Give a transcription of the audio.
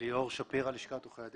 עורכי הדין.